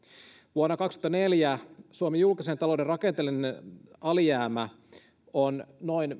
vuonna kaksikymmentäneljä suomen julkisen talouden rakenteellinen alijäämä on noin